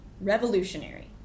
revolutionary